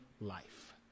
life